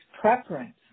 preference